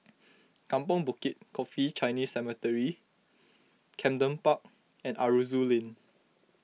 Kampong Bukit Coffee Chinese Cemetery Camden Park and Aroozoo Lane